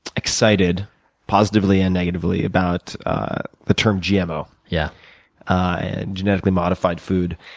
excited positively and negatively about the term gmo yeah and genetically modified food.